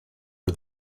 are